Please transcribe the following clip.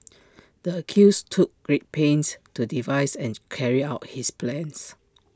the accused took great pains to devise and to carry out his plan